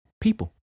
people